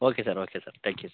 okay sir okay sir thank you